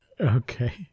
Okay